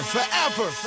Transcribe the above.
Forever